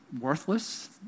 worthless